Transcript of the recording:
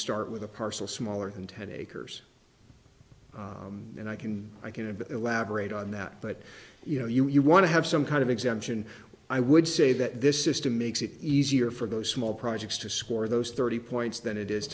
start with a parcel smaller than ten acres and i can i can but elaborate on that but you know you want to have some kind of exemption i would say that this system makes it easier for those small projects to score those thirty points than it is